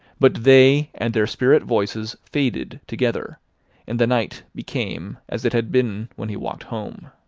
but they and their spirit voices faded together and the night became as it had been when he walked home.